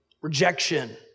rejection